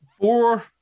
Four